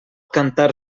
cantar